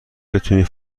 بتونی